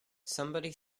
somebody